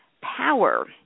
power